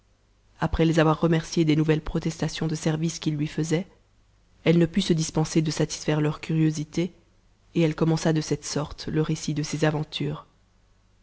après les avoir remerciés des nouvelles protestations de service qu'ils tui faisaient elle ne put se dispenser de satisfaire leur curiosité et elle commença de cette sorte le récit de ses aventures